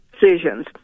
decisions